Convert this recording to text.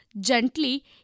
gently